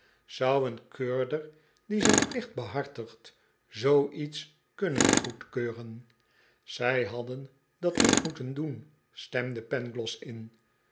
zou een keurder die zijn plicht behartigt zoo iets kunnen goedkeuren zij hadden dat niet moeten doen stemde pangloss in